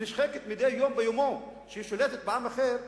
שנשחקת מדי יום ביומו כשהיא שולטת בעם אחר,